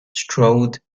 strode